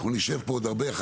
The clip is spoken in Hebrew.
אנחנו נשב פה עוד הרבה.